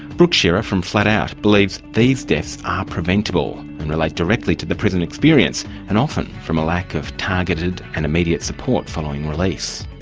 brooke shearer from flatout believes these deaths are preventable and relate directly to the prison experience, and often from a lack of targeted and immediate support following release.